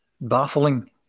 Baffling